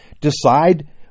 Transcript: decide